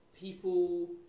people